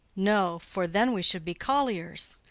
no, for then we should be colliers.